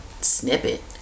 snippet